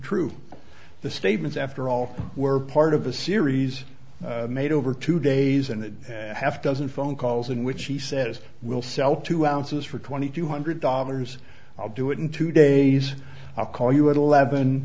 true the statements after all were part of a series made over two days and the half dozen phone calls in which he says will sell two ounces for twenty two hundred dollars i'll do it in two days i'll call you at eleven